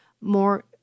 More